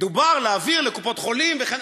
דובר על להעביר לקופות-חולים וכן הלאה,